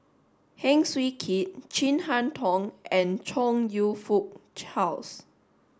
Heng Swee Keat Chin Harn Tong and Chong You Fook Charles